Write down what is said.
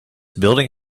building